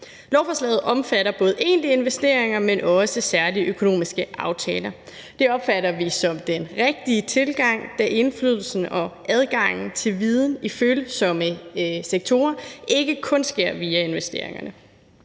Lovforslaget omfatter både egentlige investeringer, men også særlige økonomiske aftaler. Det opfatter vi som den rigtige tilgang, da indflydelsen på og adgangen til viden i følsomme sektorer ikke kun sker via investeringerne.